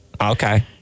Okay